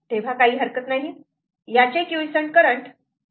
तेव्हा काही हरकत नाही याचे क्युईसंट करंट 0